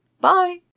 Bye